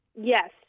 Yes